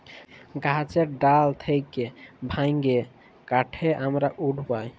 গাহাচের ডাল থ্যাইকে ভাইঙে কাটে আমরা উড পায়